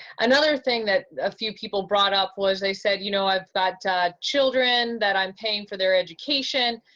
another thing that a few people brought up was they said, you know, i've got children that i'm paying for their education.